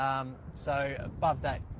um so above that.